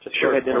Sure